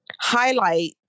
highlight